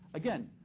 again,